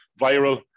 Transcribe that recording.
viral